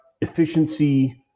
efficiency